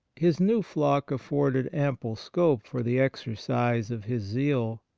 his new flock afforded ample scope for the exercise of his zeal.